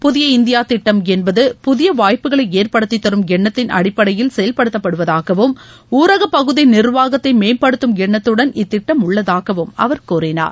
புதிய இந்தியா திட்டம் என்பது புதிய வாய்ப்புகளை ஏற்படுத்தி தரும் எண்ணத்தின் அடிப்படையில் செயல்படுத்தப்படுவதாகவும் ஊரகப்பகுதி நிர்வாகத்தை மேம்படுத்தும் எண்ணத்துடன் இத்திட்டம் உள்ளதாகவும் அவர் கூறினார்